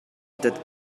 that